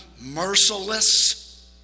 merciless